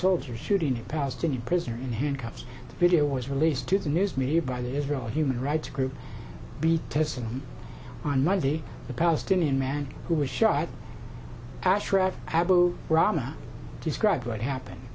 soldier shooting a palestinian prisoner in handcuffs video was released to the news media by the israeli human rights group be tested on monday the palestinian man who was shot ashraf abu rama described what happened